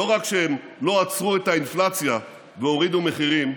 לא רק שהם לא עצרו את האינפלציה והורידו מחירים,